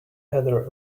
heather